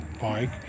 bike